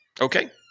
Okay